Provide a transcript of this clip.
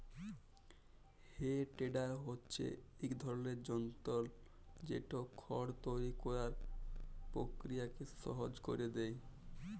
হে tedder হছে ইক ধরলের যল্তর যেট খড় তৈরি ক্যরার পকিরিয়াকে সহজ ক্যইরে দেঁই